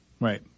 Right